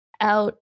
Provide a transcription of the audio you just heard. out